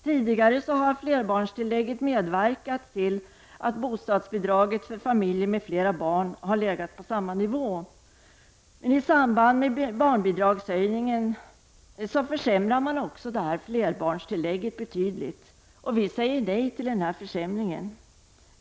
Tidigare har flerbarnstillägget medverkat till att bostadsbidraget till familjer med flera barn har legat på samma nivå. I samband med barnbidragshöjningen försämrar man också flerbarnstillägget betydligt. Vi säger nej till denna försämring.